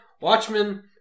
Watchmen